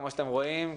כמו שאתם רואים,